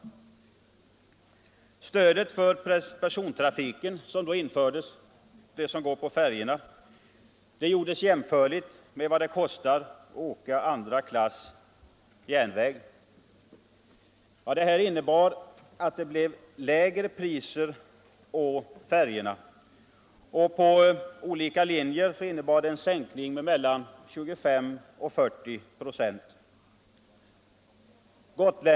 Det stöd till persontrafiken på färjorna som då infördes gjordes jämförligt med kostnaden för andra klass på järnvägen. Det betydde lägre priser på färjorna, och på olika linjer innebar det en sänkning med mellan 25 och 40 946.